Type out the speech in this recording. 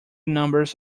numbers